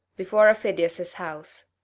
before aufidius's house.